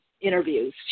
interviews